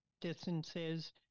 distances